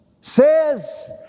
says